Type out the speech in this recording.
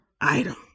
item